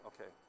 okay